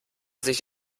sich